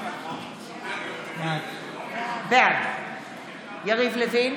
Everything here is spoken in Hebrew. בעד יריב לוין,